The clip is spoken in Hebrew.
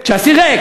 כשהסיר ריק,